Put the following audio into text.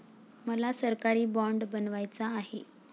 मला सरकारी बाँड बनवायचा आहे